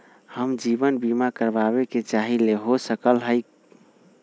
हम जीवन बीमा कारवाबे के चाहईले, हो सकलक ह?